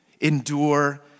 Endure